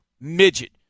Midget